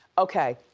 okay,